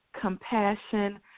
compassion